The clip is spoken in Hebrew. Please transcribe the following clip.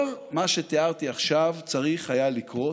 כל מה שתיארתי עכשיו צריך היה לקרות,